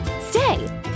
stay